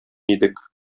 идек